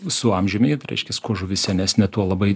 su amžiumi tai reiškias kuo žuvis senesnė tuo labai